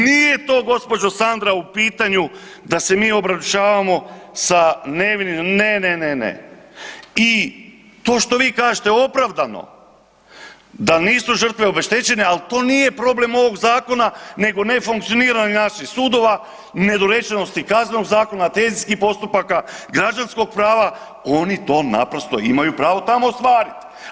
Nije to gospođo Sandra u pitanju da se mi obrušavamo sa nevinim, ne, ne, ne i to što vi kažete opravdano, da nisu žrtve obeštećene, ali to nije problem ovog zakona nego nefunkcioniranja naših sudova, nedorečenosti Kaznenog zakona, … postupaka, građanskog prava, oni to naprosto imaju pravo tamo ostvarit.